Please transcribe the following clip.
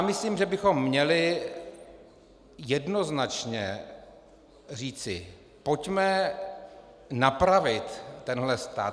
Myslím, že bychom měli jednoznačně říci: Pojďme napravit tenhle stav.